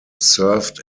served